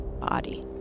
body